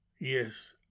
Yes